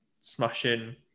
smashing